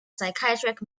psychiatric